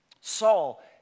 Saul